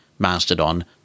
Mastodon